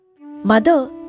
Mother